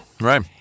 Right